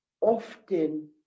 often